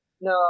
No